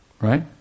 right